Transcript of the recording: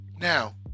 Now